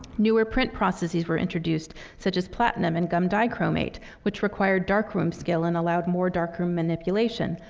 newer print processes were introduced, such as platinum and gum bichromate, which required darkroom skill and allowed more darkroom manipulation,